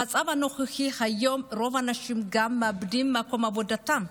במצב הנוכחי היום רוב האנשים גם מאבדים את מקום עבודתם,